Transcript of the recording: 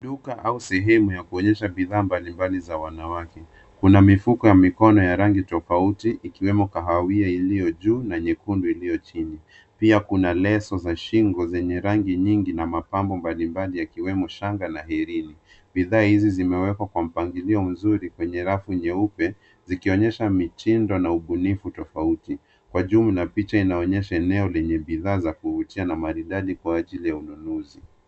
Duka au sehemu ya kuonyesha bidhaa mbalimbali za wanawake, kuna mifuko ya mikono ya rangi tofauti ikiwemo kahawia iliyo juu na nyekundu iliyo chini. Pia kuna leso za shingo zenye rangi nyingi na mapambo mbalimbali yakiwemo shanga na herini. Bidhaa hizi zimewekwa kwa mpangilio mzuri kwenye rafu nyeupe zikionyesha mitindo na ubunifu tofauti. Kwa jumla picha inaonyesha eneo lenye bidhaa za kuvutia na maridadi kwa ajili ya ununuzi.